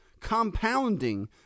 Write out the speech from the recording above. compounding